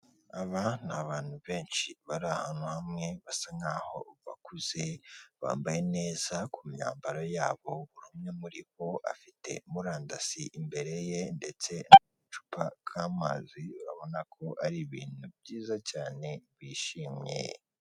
Aba ni abantu benshi, bari ahantu hamwe, basa nk'aho bakuze, bambaye neza ku myambaro yabo, umwe muri bo afite murandasi imbere ye ndeste agacupa k'amazi, urabona ko ari ibintu byiza cyane, bishimye!